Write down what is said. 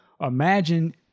imagine